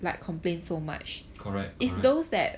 correct correct